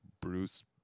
Bruce